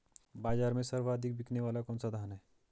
बाज़ार में सर्वाधिक बिकने वाला कौनसा धान है?